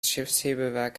schiffshebewerk